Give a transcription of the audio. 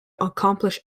accomplish